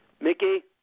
Mickey